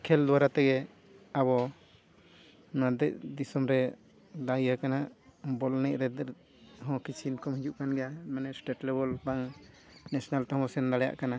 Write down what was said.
ᱠᱷᱮᱞ ᱫᱩᱣᱟᱨᱟ ᱛᱮᱜᱮ ᱟᱵᱚᱱᱚᱣᱟ ᱫᱤᱜ ᱫᱤᱥᱚᱢ ᱨᱮ ᱫᱚ ᱤᱭᱟᱹ ᱠᱟᱱᱟ ᱵᱚᱞ ᱮᱱᱮᱡ ᱨᱮ ᱦᱚᱸ ᱠᱤᱪᱷᱩ ᱤᱱᱠᱟᱢ ᱦᱤᱡᱩᱜ ᱠᱟᱱ ᱜᱮᱭᱟ ᱢᱟᱱᱮ ᱮᱥᱴᱮᱴ ᱞᱮᱵᱮᱞ ᱵᱟᱝ ᱱᱮᱥᱮᱱᱟᱞ ᱛᱮ ᱦᱚᱸ ᱵᱚ ᱥᱮᱱ ᱫᱟᱲᱮᱭᱟᱜ ᱠᱟᱱᱟ